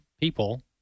people